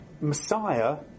Messiah